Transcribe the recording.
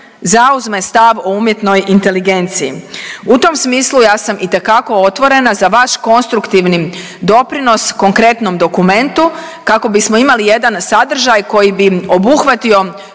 zauzme stav o umjetnoj inteligenciji. U tom smislu ja sam itekako otvorena za vaš konstruktivni doprinos konkretnom dokumentu kako bismo imali jedan sadržaj koji bi obuhvatio